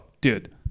dude